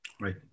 Right